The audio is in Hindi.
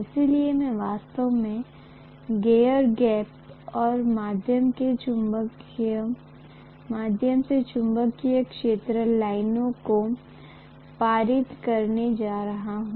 इसलिए मैं वास्तव में एयर गैप के माध्यम से चुंबकीय क्षेत्र लाइनों को पारित करने जा रहा हूं